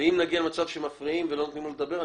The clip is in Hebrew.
אם נגיע למצב שמפריעים ולא נותנים לו לדבר,